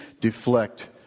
deflect